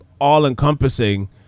all-encompassing